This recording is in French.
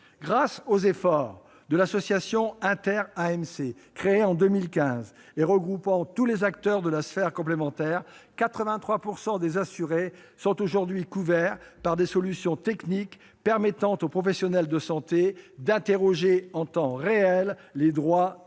Grâce aux efforts de l'association Inter-AMC, créée en 2015 et regroupant tous les acteurs de la sphère complémentaire, quelque 83 % des assurés sont aujourd'hui couverts par des solutions techniques permettant aux professionnels de santé d'interroger en temps réel les droits et garanties